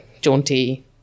jaunty